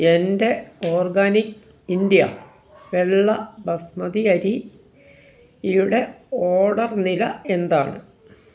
എന്റെ Organic India വെള്ള ബസ്മതി അരി യുടെ ഓർഡർ നില എന്താണ്